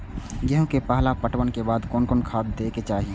गेहूं के पहला पटवन के बाद कोन कौन खाद दे के चाहिए?